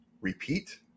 repeat